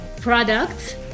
products